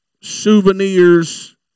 Souvenirs